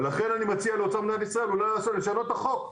לכן אני מציע לאוצר מדינת ישראל לשנות את החוק,